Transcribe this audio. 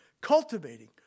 Cultivating